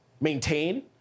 maintain